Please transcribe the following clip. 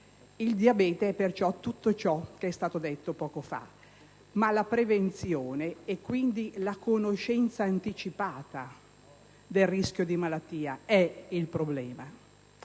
Il diabete è tutto ciò che è stato detto poco fa, ma la prevenzione, e quindi la conoscenza anticipata del rischio di malattia, è il problema.